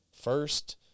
first